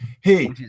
hey